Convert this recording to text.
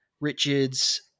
Richards